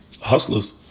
Hustlers